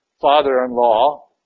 father-in-law